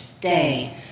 day